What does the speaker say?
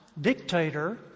dictator